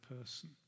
person